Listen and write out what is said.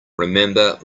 remember